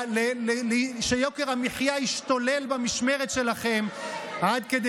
שיוקר המחיה ישתולל במשמרת שלכם עד כדי